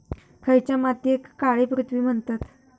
खयच्या मातीयेक काळी पृथ्वी म्हणतत?